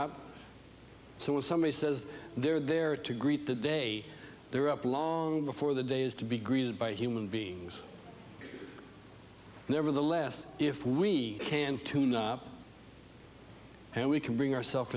up so when somebody says they're there to greet the day they're up long before the days to be greeted by human beings never the less if we can and we can bring ourself